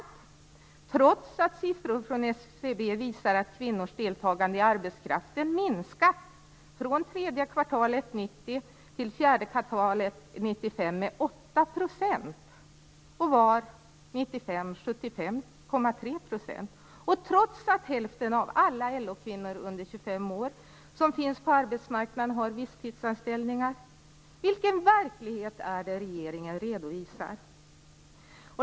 Detta trots att siffror från SCB visar att kvinnors deltagande i arbetskraften minskat från tredje kvartalet 1990 till fjärde kvartalet 1995 med 8 %, och år 1995 var 75,3 %, och trots att hälften av alla LO-kvinnor under 25 års ålder som finns på arbetsmarknaden har visstidsanställningar. Vilken verklighet är det regeringen redovisar?